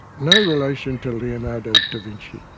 no relation to leonardo da vinci.